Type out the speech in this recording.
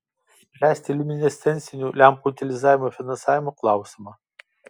spręsti liuminescencinių lempų utilizavimo finansavimo klausimą